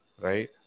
right